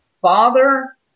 Father